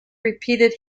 repeated